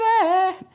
baby